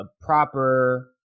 proper